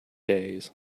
days